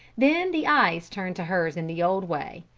then the eyes turned to hers in the old way,